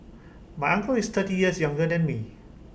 my uncle is thirty years younger than me